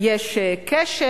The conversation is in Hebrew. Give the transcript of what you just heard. יש קשר.